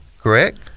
correct